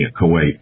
Kuwait